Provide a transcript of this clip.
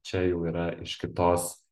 čia jau yra iš kitos